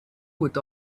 with